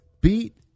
beat